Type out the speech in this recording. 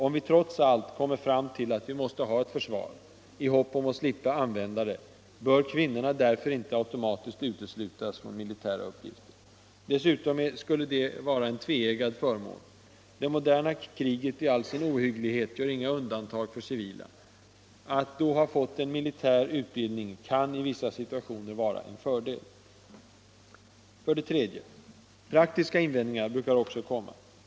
Om vi trots allt kommer fram till att vi måste ha ett försvar —-i hopp om att slippa använda det — bör kvinnorna därför inte automatiskt uteslutas från militära uppgifter. Dessutom skulle det vara en tveeggad förmån. Det moderna kriget i all sin ohygglighet gör inga undantag för civila. Att då ha fått en militär utbildning kan i vissa situationer bli en fördel. För det tredje brukar praktiska invändningar också komma.